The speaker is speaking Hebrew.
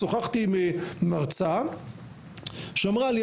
שוחחתי עם מרצה שאמרה לי,